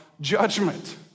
judgment